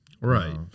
right